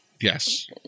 Yes